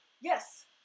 Yes